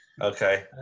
Okay